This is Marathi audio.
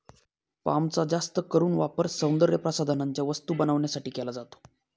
पामचा जास्त करून वापर सौंदर्यप्रसाधनांच्या वस्तू बनवण्यासाठी केला जातो